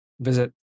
visit